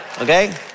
Okay